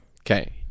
Okay